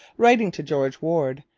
writing to george warde,